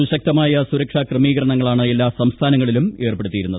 സുശക്തമായ സുരക്ഷാ ക്രമീകരണങ്ങളാണ് എല്ലാ സംസ്ഥാനങ്ങളിലും ഏർപ്പെടുത്തി യിരുന്നത്